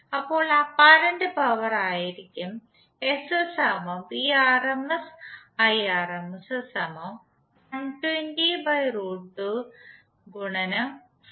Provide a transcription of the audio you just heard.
ഇപ്പോൾ apparent power ആയിരിക്കും VA